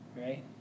right